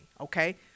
okay